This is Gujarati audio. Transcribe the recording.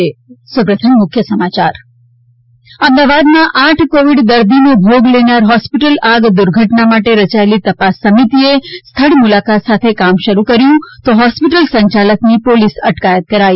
ઃ અમદાવાદમાં આઠ કોવિડ દર્દીનો ભોગ લેનાર હોસ્પિટલ આગ દુર્ઘટના માટે રયાયેલી તપાસ સમિતિએ સ્થળ મુલાકાત સાથે કામ શરૂ કર્યું તો હોસ્પિટલ સંચાલકની પોલિસ અટકાયત કરાઈ